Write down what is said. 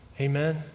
Amen